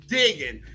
digging